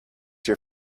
your